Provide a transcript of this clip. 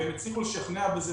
והם הצליחו לשכנע בזה,